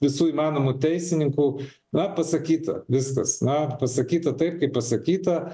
visų įmanomų teisininkų na pasakyta viskas na pasakyta taip kaip pasakyta